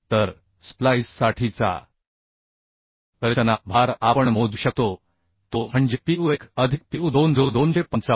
तर स्प्लाइससाठीचा रचना भार आपण मोजू शकतो तो म्हणजे P u 1 अधिक P u 2 जो 255